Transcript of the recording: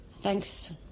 Thanks